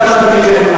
אתה באת מגבעת-אולגה,